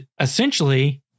essentially